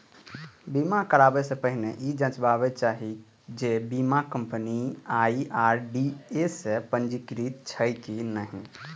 बीमा कराबै सं पहिने ई जांचबाक चाही जे बीमा कंपनी आई.आर.डी.ए सं पंजीकृत छैक की नहि